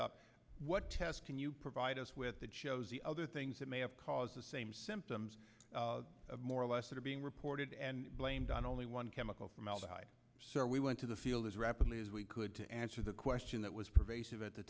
up what tests can you provide us with that shows the other things that may have caused the same symptoms of more or less that are being reported and blamed on only one chemical formaldehyde so we went to the field as rapidly as we could to answer the question that was pervasive at the